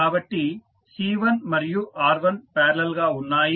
కాబట్టి C1 మరియు R1 parallel గా ఉన్నాయి